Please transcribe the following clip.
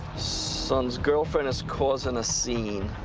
son's girlfriend is causing a scene.